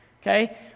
okay